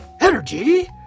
Energy